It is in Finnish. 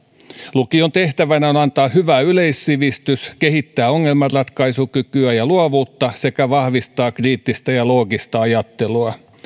lukion tehtävänä on antaa hyvä yleissivistys kehittää ongelmanratkaisukykyä ja luovuutta sekä vahvistaa kriittistä ja loogista ajattelua